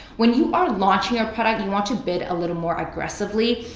when you are launching your product, you want to bid a little more aggressively.